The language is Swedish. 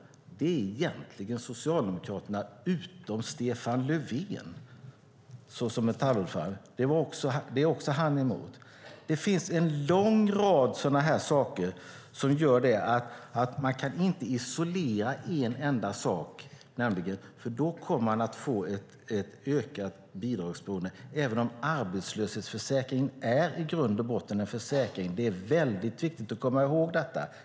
Det är egentligen också Socialdemokraterna för, utom Stefan Löfven som var emot det som Metallordförande. Det finns en lång rad sådana saker som gör att man inte kan isolera en enda sak. Då kommer man nämligen att få ett ökat bidragsberoende, även om arbetslösförsäkringen i grund och botten är en försäkring. Det är mycket viktigt att komma ihåg detta.